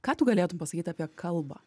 ką tu galėtum pasakyt apie kalbą